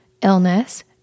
illness